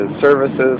services